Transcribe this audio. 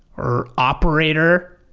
or operator,